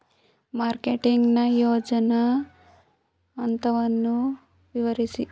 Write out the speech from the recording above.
Marketing ನ ಯೋಜನಾ ಹಂತವನ್ನು ವಿವರಿಸಿ?